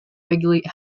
regulate